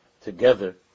together